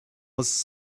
was